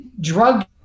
drug